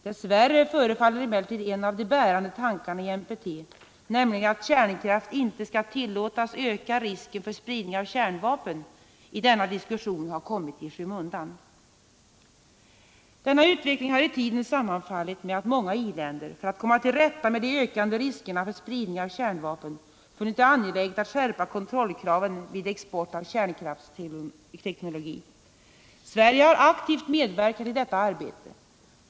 Dess värre förefaller emellertid en av de bärande tankarna i NPT, nämligen att kärnkraft inte skall tillåtas öka risken för spridning av kärnvapen, i denna diskussion att ha kommit i skymundan. Denna utveckling har i tiden sammanfallit med att många i-länder, för att komma till rätta med de ökande riskerna för spridning av kärnvapen, funnit det angeläget att skärpa kontrollkraven vid export av kärnkraftsteknologi. Sverige har aktivt medverkat i detta arbete.